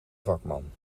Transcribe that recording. vakman